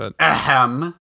Ahem